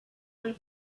were